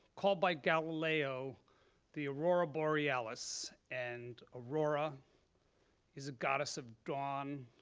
called by galileo the aurora borealis, and aurora is the goddess of dawn.